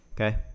Okay